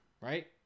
right